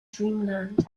dreamland